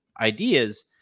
ideas